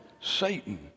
Satan